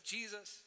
Jesus